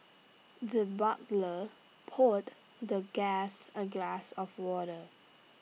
the butler poured the guest A glass of water